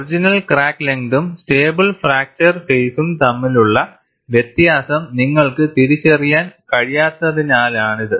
original crack ലെങ്തും stable fracture ഫേസ്സും തമ്മിലുള്ള വ്യത്യാസം നിങ്ങൾക്ക് തിരിച്ചറിയാൻ കഴിയാത്തതിനാലാണിത്